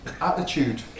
attitude